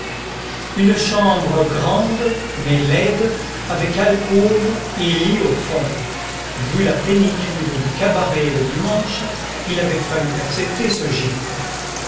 une chambre grande mais laide avec alcôve et lit au fond vu la plénitude du cabaret le dimanche il avait fallu accepter ce gîte